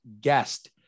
guest